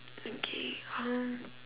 okay um